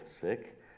sick